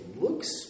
looks